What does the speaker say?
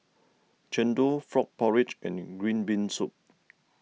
Chendol Frog Porridge and Green Bean Soup